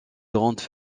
grandes